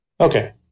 Okay